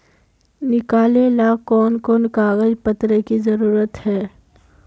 निकाले ला कोन कोन कागज पत्र की जरूरत है?